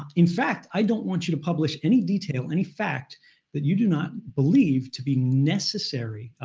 in fact, i don't want you to publish any detail, any fact that you do not believe to be necessary,